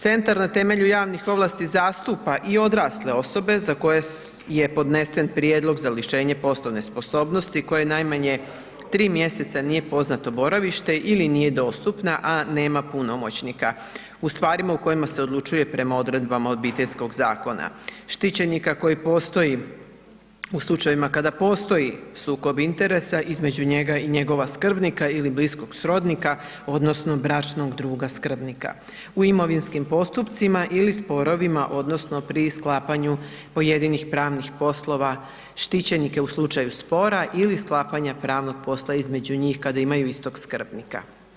Centar na temelju javnih ovlasti zastupa i odrasle osobe za koje je podnesen prijedlog za lišenje poslove sposobnosti koje najmanje 3 mjeseca nije poznato boravište ili nije dostupna, a nema punomoćnika u stvarima u kojima se odlučuje prema odredbama Obiteljskog zakonika štićenika koji postoji, u slučajevima kada postoji sukob interesa između njega i njegova skrbnika ili bliskog srodnika odnosno bračnog druga skrbnika u imovinskim postupcima ili sporovima odnosno pri sklapanju pojedinih pravnih poslova štićenika u slučaju spora ili sklapanja pravnog posla između njih kada imaju istog skrbnika.